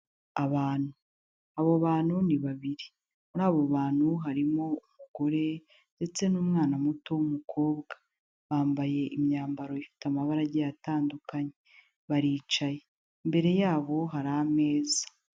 Abantu, abo bantu ni babiri, muri abo bantu harimo umugore ndetse n'umwana muto w'umukobwa, bambaye imyambaro ifite amabara agiye atandukanye, baricaye, mbere yabo hari ameza.